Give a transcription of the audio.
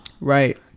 Right